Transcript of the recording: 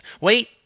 wait